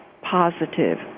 positive